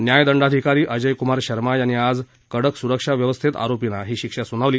न्यायदंडाधिकारी अजय कुमार शर्मा यांनी आज कडक सुरक्षा व्यवस्थेत आरोर्पीना ही शिक्षा सुनावली